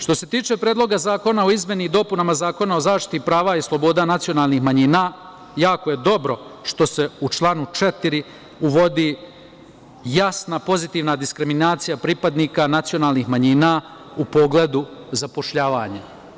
Što se tiče Predloga zakona o izmeni i dopunama Zakona o zaštiti prava i sloboda nacionalnih manjina, jako je dobro što se u članu 4. uvodi jasna pozitivna diskriminacija pripadnika nacionalnih manjina u pogledu zapošljavanja.